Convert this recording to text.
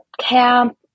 camp